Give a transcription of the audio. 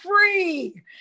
free